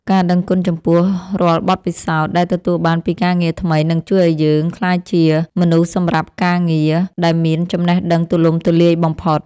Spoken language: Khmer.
ការដឹងគុណចំពោះរាល់បទពិសោធន៍ដែលទទួលបានពីការងារថ្មីនឹងជួយឱ្យយើងក្លាយជាមនុស្សសម្រាប់ការងារដែលមានចំណេះដឹងទូលំទូលាយបំផុត។